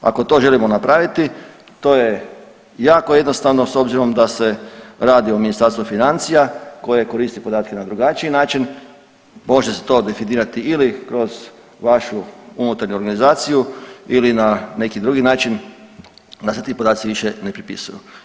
Ako to želimo napraviti, to je jako jednostavno s obzirom da se radi o Ministarstvu financija koje koristi podatke na drugačiji način, može se to definirati ili kroz vašu unutarnju organizaciju ili na neki drugi način, da se ti podaci više ne prepisuju.